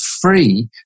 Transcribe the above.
free